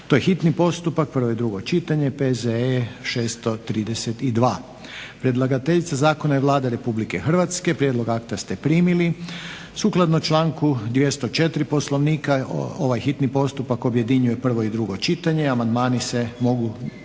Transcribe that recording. hitni postupak, prvo i drugo čitanje, P.Z.E. br. 632; Predlagateljica zakona je Vlada Republike Hrvatske. Prijedlog akta ste primili. Sukladno članku 204. Poslovnika ovaj hitni postupak objedinjuje prvo i drugo čitanje. Amandmani se mogu